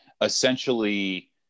essentially